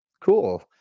cool